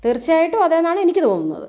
തീർച്ചയായിട്ടും അതെന്നാണ് എനിക്ക് തോന്നുന്നത്